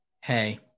hey